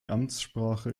amtssprache